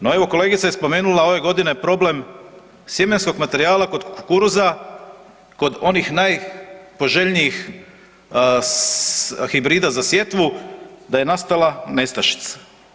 No evo kolegica je spomenula ove godine problem sjemenskog materijala kod kukuruza kod onih najpoželjnijih hibrida za sjetvu da je nastala nestašica.